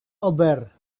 over